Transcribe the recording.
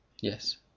Yes